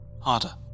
harder